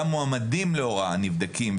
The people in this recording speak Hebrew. גם מועמדים להוראה נבדקים,